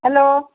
hello